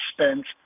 spent